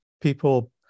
People